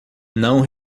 não